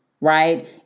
right